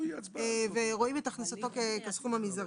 ורואים את הכנסתו כסכום המזערי.